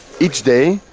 each day,